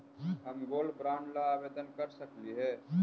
हम gold bond ला आवेदन कर सकली हे?